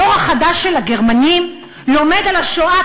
הדור החדש של הגרמנים לומד על השואה,